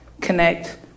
connect